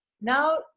Now